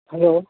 hello